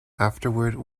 afterward